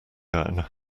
down